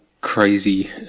Crazy